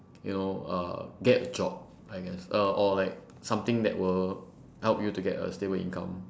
you know uh get a job I guess uh or like something that will help you to get a stable income